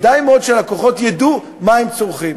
ידעו מה הם צורכים.